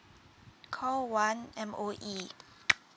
call one M_O_E